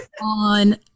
on